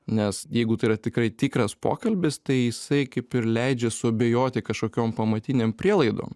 nes jeigu tai yra tikrai tikras pokalbis tai jisai kaip ir leidžia suabejoti kažkokiom pamatinėm prielaidom